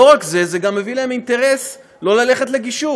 לא רק זה, זה גם נותן להם אינטרס לא ללכת לגישור.